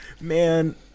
man